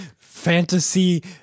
fantasy